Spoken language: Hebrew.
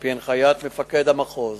על-פי הנחיית מפקד המחוז,